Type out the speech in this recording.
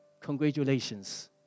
congratulations